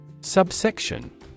Subsection